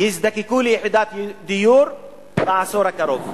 יזדקקו ליחידת דיור בעשור הקרוב.